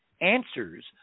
answers